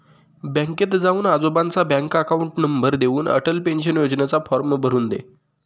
बँकेत जाऊन आजोबांचा बँक अकाउंट नंबर देऊन, अटल पेन्शन योजनेचा फॉर्म भरून दे